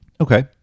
Okay